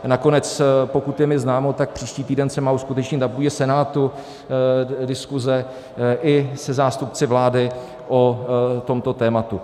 Nakonec pokud je mi známo, tak příští týden se má uskutečnit na půdě Senátu diskuze i se zástupci vlády o tomto tématu.